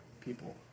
people